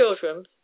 children